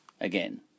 Again